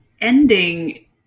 ending